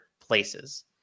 places